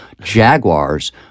Jaguars